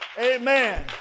Amen